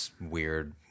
weird